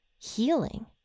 healing